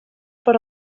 per